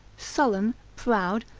sullen, proud,